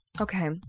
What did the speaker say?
Okay